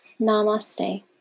Namaste